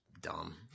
dumb